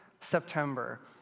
September